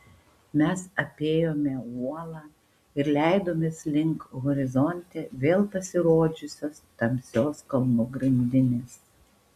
mes apėjome uolą ir leidomės link horizonte vėl pasirodžiusios tamsios kalnų grandinės